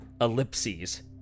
ellipses